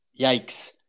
Yikes